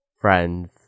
friends